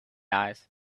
eyes